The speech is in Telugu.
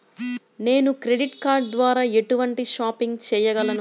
నేను క్రెడిట్ కార్డ్ ద్వార ఎటువంటి షాపింగ్ చెయ్యగలను?